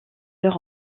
leurs